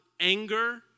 anger